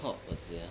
what was it uh